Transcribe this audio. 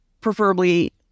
Preferably